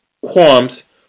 qualms